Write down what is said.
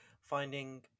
finding